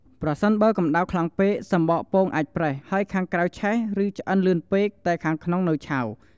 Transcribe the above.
ប្រសិនបើកម្តៅខ្លាំងពេក សំបកពងអាចប្រេះ ហើយខាងក្រៅឆេះ ឬឆ្អិនលឿនពេក តែខាងក្នុងនៅឆៅ។